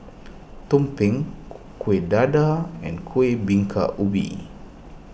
Tumpeng Kueh Dadar and Kueh Bingka Ubi